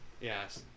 Yes